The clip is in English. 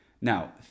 now